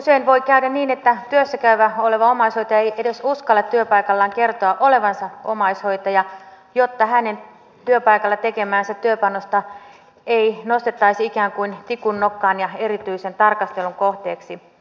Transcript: usein voi käydä niin että työssä käyvä omaishoitaja ei edes uskalla työpaikallaan kertoa olevansa omaishoitaja jotta hänen työpaikalla tekemäänsä työpanosta ei nostettaisi ikään kuin tikun nokkaan ja erityisen tarkastelun kohteeksi